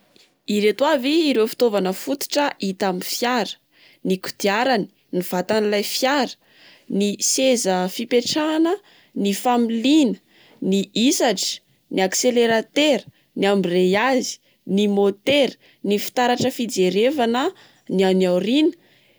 Ireto avy ireo fitaovana fototra hita amin'ny fiara: ny kodiarany, ny vatan'ilay fiara, ny seza fipetrahana, ny familiana, ny hisatra, ny accélératera, ny embrayage, ny môtera, ny fitaratra fijerevana ny any aoriana.